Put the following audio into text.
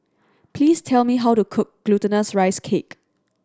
please tell me how to cook Glutinous Rice Cake